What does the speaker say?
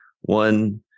one